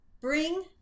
Bring